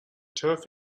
turf